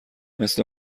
مثل